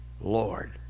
Lord